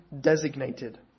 designated